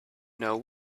know